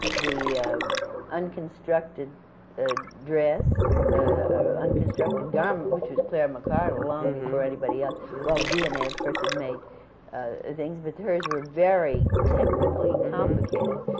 the unconstructed ah dress, or unconstructed garment, which was claire mccardell long before anybody else. well, vionnet, of course, had made things, but hers were very technically complicated,